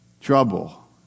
Trouble